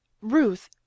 Ruth